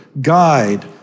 guide